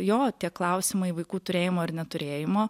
jo tie klausimai vaikų turėjimo ir neturėjimo